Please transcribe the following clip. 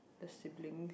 the sibling